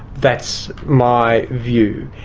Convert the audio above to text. that's my view.